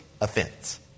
offense